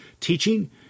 teaching